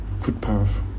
footpath